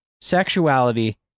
sexuality